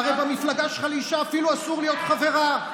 הרי במפלגה שלך לאישה אסור אפילו להיות חברה.